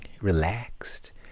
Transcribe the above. relaxed